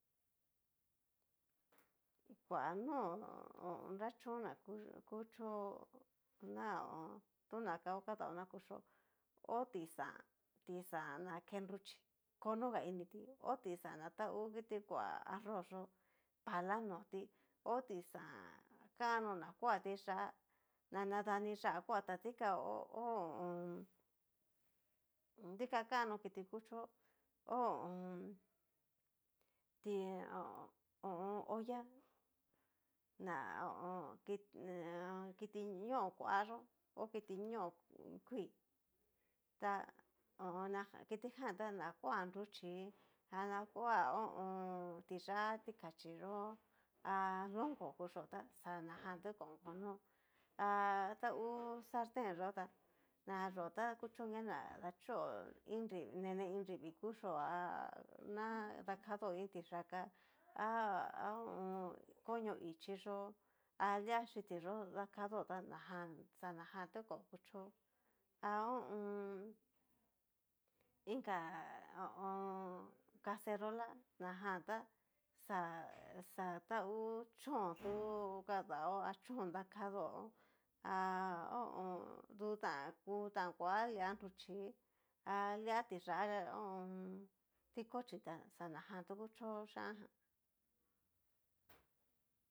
Kua no nrachón na kuchó ná ho o on. tona kao kadaó na kuchió, ho tizán tizán na ke nruchí, kono ga inití, tizán na ta ngu kiti kua arroz yó pala notí, o tizán kano na koa tiyá na nadaní yá'a kua ta dikan ho ho o on. dikan kano kiti kuchó ho o on. ti ho olla n ho o on. ki kiti ñóo kuayó kiti ñó kuii ta ho o on. kitijan tá na kua nruchí, na kua ti'yá tikachí yó há lonko kuchío tá ana jan tu kón konó, ha ngu salten yó tá, nayó ta kuchoña na dachó iin nrivii nene iin nrivi kuchío ana dakadó iin tiyáka a ho o on. koño ichí yó, alia xhití yó dakadó tá najan xa najan tu kó kuchó ha ho o on. inka ho o on. caserola najan tá xa xatahú chón yó kadao ha chón dakadó ha ho o on dután kua lia nruchí ha lia tiyó ho o on. tikochí jan xanajan tu kuchó yian ján.